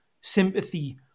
sympathy